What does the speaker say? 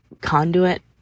conduit